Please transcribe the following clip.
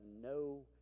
no